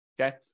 Okay